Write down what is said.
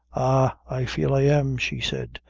i feel i am, she said,